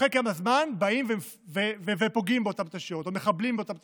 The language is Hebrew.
אחרי כמה זמן באים ופוגעים באותן תשתיות